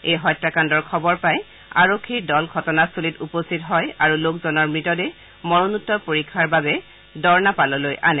এই হত্যাকাণ্ডৰ খবৰ পাই আৰক্ষীৰ দল ঘটনাস্থলীত উপস্থিত হয় আৰু লোকজনৰ মৃতদেহ মৰণোত্তৰ পৰীক্ষাৰ বাবে দৰ্ণাপাললৈ আনে